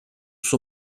suo